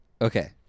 Okay